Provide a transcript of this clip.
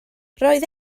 roedd